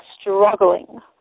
struggling